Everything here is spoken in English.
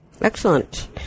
Excellent